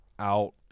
out